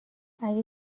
اگه